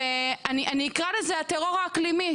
אני אקרא לזה הטרור האקלימי.